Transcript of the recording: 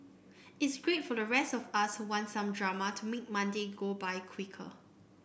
it's great for the rest of us who want some drama to make Monday go by quicker